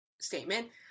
statement